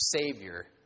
Savior